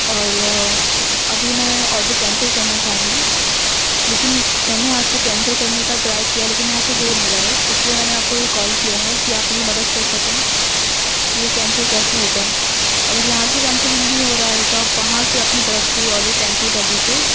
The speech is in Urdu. اور اب یہ میں آرڈر کینسل کرنا چاہ رہی ہوں لیکن میں نے یہاں سے کینسل کرنے کا ٹرائی کیا لیکن یہاں سے ہو نہیں رہا ہے اس لیے میں نے آپ کو یہ کال کیا ہے کہ آپ میری مدد کر سکیں کہ یہ کینسل کیسے ہوگا اگر یہاں سے کینسل نہیں ہو رہا ہے تو آپ وہاں سے اپنی طرف سے یہ آرڈر کینسل کر دیجیے